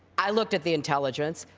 i looked at the intelligence.